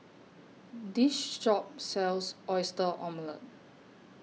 This Shop sells Oyster Omelette